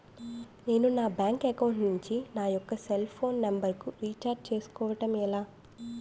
నేను నా bank account నుంచి నా యెక్క సెల్ ఫోన్ నంబర్ కు రీఛార్జ్ చేసుకోవడం ఎలా?